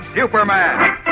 Superman